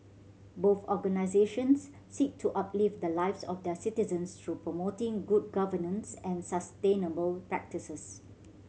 both organisations seek to uplift the lives of their citizens through promoting good governance and sustainable practices